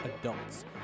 adults